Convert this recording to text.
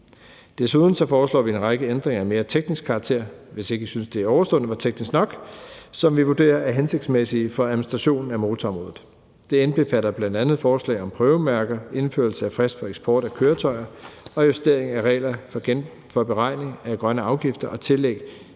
Desuden foreslår vi en række ændringer af mere teknisk karakter – hvis ikke I synes, det ovenstående var teknisk nok – som vi vurderer er hensigtsmæssige for administrationen af motorområdet. Det indbefatter bl.a. forslag om prøvemærker, indførelse af frist for eksport af køretøjer og justering af regler for beregning af grønne afgifter og tillæg